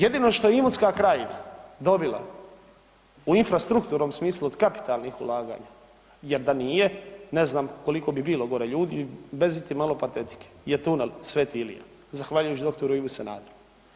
Jedino što je Imotska krajina dobila u infrastrukturnom smislu od kapitalnih ulaganja jer da nije ne znam koliko bi bilo gore ljudi bez iti malo patetike je tu Sv.Ilija zahvaljujući dr. Ivi Sanaderu.